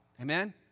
Amen